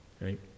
right